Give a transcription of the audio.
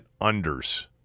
unders